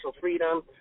freedom